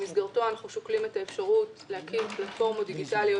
במסגרתו אנחנו שוקלים אפשרות להקים פלטפורמות דיגיטליות